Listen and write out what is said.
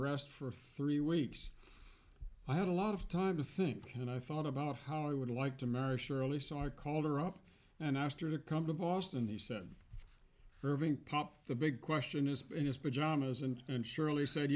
rest for three weeks i had a lot of time to think and i thought about how i would like to marry shirley so i called her up and asked her to come to boston he said irving popped the big question is in his pajamas and surely said